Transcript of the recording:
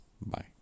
Bye